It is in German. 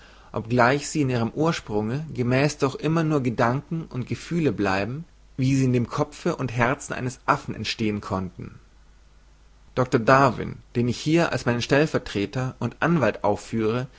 obgleich sie ihrem ursprunge gemäß doch immer nur gedanken und gefühle bleiben wie sie in dem kopfe und herzen eines affen entstehen konnten doktor darwin den ich hier als meinen stellvertreter und anwalt aufführe